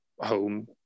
home